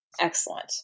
Excellent